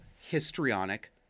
histrionic